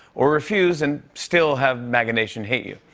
or refuse and still have maga nation hate you.